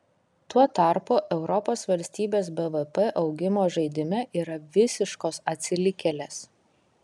tuo tarpu europos valstybės bvp augimo žaidime yra visiškos atsilikėlės